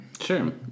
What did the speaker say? Sure